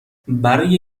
برای